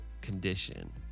condition